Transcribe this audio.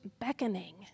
beckoning